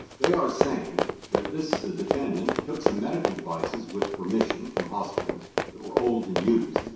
they are saying that this, the defendant, took some medical devices with permission from hospitals that were old and used,